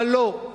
אבל לא.